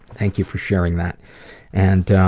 thank you for sharing that and